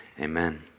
amen